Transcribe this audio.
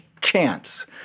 Chance